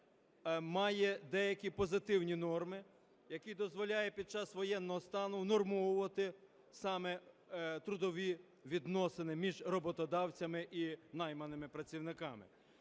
має деякі позитивні норми, які дозволяють під час воєнного стану внормовувати саме трудові відносини між роботодавцями і найманими працівниками.